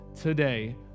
today